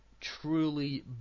truly